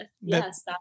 Yes